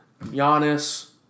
Giannis